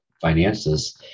finances